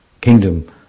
kingdom